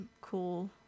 cool